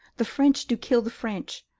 the french do kill the french,